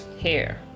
hair